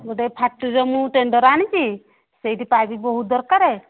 ଗୋଟେ ଫାକ୍ଟ୍ରିର ମୁଁ ଟେଣ୍ଡର ଆଣିଛି ସେଇଠି ପାଇପ୍ ବହୁତ ଦରକାର